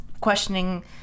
questioning